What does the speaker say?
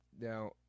now